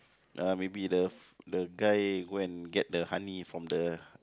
uh maybe the the guy go and get the honey from the